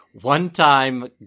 one-time